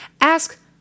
ask